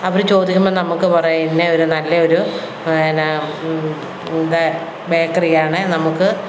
അവർ ചോദിക്കുമ്പോൾ നമുക്കു പറയാം ഇന്നയൊരു നല്ലയൊരു എന്നാ ദ് ബേക്കറിയാണെ നമുക്ക്